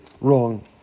wrong